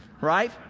Right